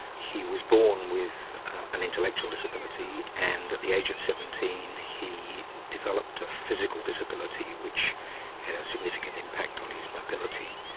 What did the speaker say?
he was born with an intellectual disability and at the age of seventeen he developed a physical disability which had a significant impact on his mobility.